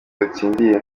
yatsindiye